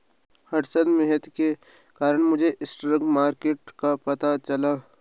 हर्षद मेहता के कारण मुझे स्टॉक मार्केट का पता चला